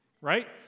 right